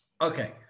Okay